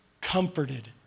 comforted